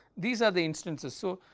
these are the instances. so,